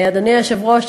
אדוני היושב-ראש,